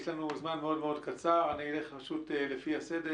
יש לנו זמן מאוד-קצר ולכן אני אלך לפי הסדר.